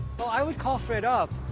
oh, i would call fred up.